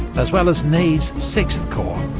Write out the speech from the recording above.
as well as ney's sixth corps,